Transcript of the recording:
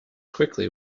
quickly